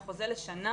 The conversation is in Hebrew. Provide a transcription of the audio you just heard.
חוזה לשנה,